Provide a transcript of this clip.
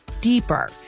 deeper